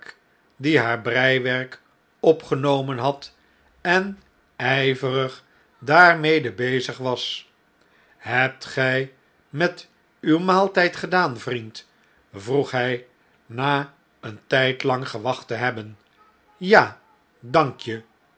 die haar breiwerk opgenomen had en ijverig daarmede bezig was hebt gij met uw maaltijd gedaan vriend vroeg hij na een tjjdlang gewacht te hebben ja dank je